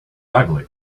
ugly